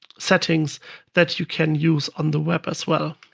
settings that you can use on the web as well.